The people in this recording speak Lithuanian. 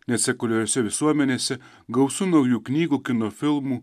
net sekuliariose visuomenėse gausu naujų knygų kino filmų